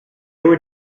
were